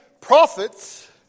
prophets